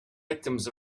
victims